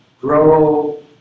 grow